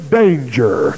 danger